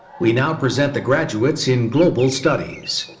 we now present the graduates in global studies.